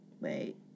Wait